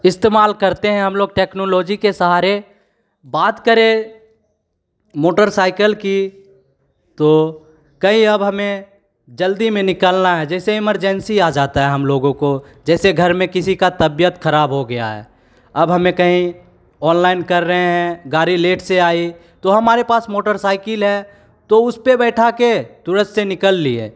इस्तेमाल करते हैं हम लोग टेक्नलॉजी के सहारे बात करें मोटर साइकल की तो कई अब हमें जल्दी में निकलना है जैसे इमरजेंसी आ जाता है हम लोगों को जैसे घर में किसी का तबियत ख़राब हो गया है अब हमें कहीं ऑनलाइन कर रहें हैं गाड़ी लेट से आई तो हमारे पास मोटर साइकिल है तो उसपे बैठाके तुरंत से निकल लिए